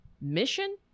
mission